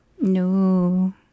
No